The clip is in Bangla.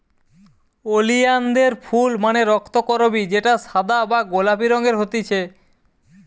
ওলিয়ানদের ফুল মানে রক্তকরবী যেটা সাদা বা গোলাপি রঙের হতিছে